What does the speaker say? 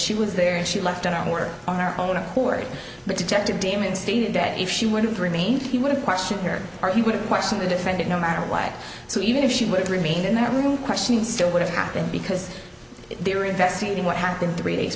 she was there and she left on work on our own accord but detective damon stated that if she would have remained he would question here or he would question the defendant no matter what so even if she would have remained in the room questioning still would have happened because they were investigating what happened three days